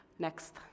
Next